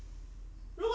err